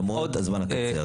למרות הזמן הקצר.